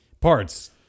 Parts